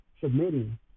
submitting